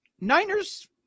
Niners